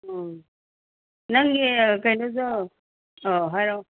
ꯎꯝ ꯅꯪꯒꯤ ꯀꯩꯅꯣꯗꯣ ꯑꯣ ꯍꯥꯏꯔꯛꯑꯣ